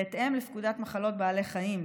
בהתאם לפקודת מחלות בעלי חיים,